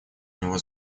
него